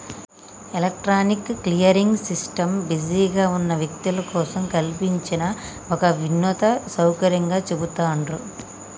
electronic clearing system బిజీగా ఉన్న వ్యక్తుల కోసం కల్పించిన ఒక వినూత్న సౌకర్యంగా చెబుతాండ్రు